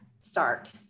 start